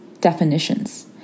definitions